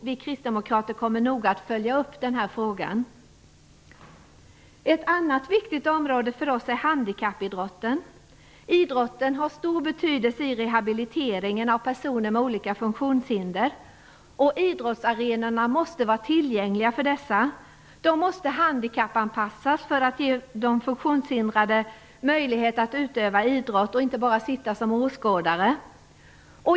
Vi kristdemokrater kommer noga att följa upp den här frågan. Ett annat viktigt område för oss är handikappidrotten. Idrotten har stor betydelse vid rehabiliteringen av personer med olika funktionshinder. Idrottsarenorna måste vara tillgängliga för dessa. De måste handikappanpassas för att ge de funktionshindrade möjlighet att utöva idrott och inte bara sitta som åskådare.